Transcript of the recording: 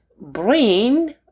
brain